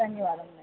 ధన్యవాదములండి